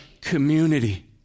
community